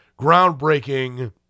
groundbreaking